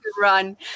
run